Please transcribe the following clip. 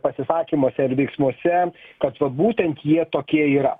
pasisakymuose ar veiksmuose kad va būtent jie tokie yra